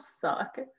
suck